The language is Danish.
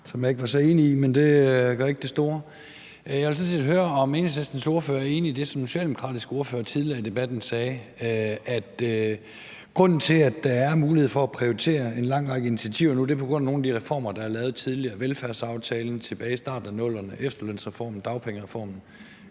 Jeg vil sådan set høre, om Enhedslistens ordfører er enig i det, som den socialdemokratiske ordfører sagde tidligere i debatten, nemlig at grunden til, at der er mulighed for at prioritere en lang række initiativer, er nogle af de reformer, der er lavet tidligere – velfærdsaftalen tilbage i starten af 00'erne, efterlønsreformen, dagpengereformen.